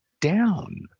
down